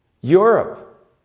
Europe